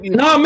no